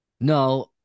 No